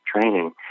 training